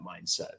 mindset